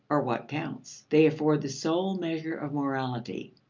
are what counts they afford the sole measure of morality.